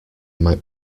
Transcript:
might